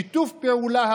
שיתוף פעולה,